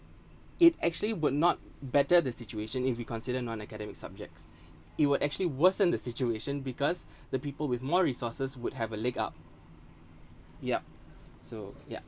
it actually would not better the situation if you consider non-academic subjects it will actually worsen the situation because the people with more resources would have a leg up yup so yeah